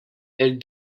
elle